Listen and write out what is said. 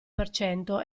percento